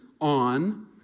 on